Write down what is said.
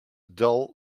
dull